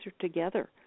together